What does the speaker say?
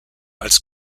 als